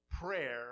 Prayer